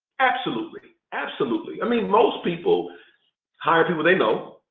absolutely, absolutely. i mean most people hire people they know,